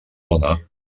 dona